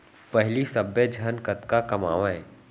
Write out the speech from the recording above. पहिली सब्बे झन कतका कमावयँ